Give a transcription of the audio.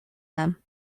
them